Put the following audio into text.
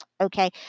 Okay